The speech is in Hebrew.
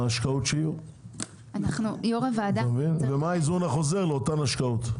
ההשקעות שיהיו ומה האיזון החוזר לאותן השקעות.